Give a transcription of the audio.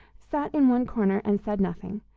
sat in one corner and said nothing,